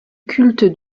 culte